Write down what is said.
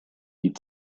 die